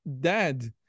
dad